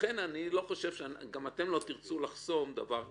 לכן אני לא חושב שאפילו אתם תרצו לחסום דבר כזה.